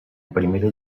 primera